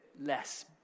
less